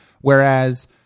Whereas